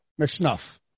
McSnuff